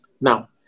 now